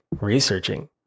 researching